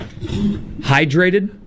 hydrated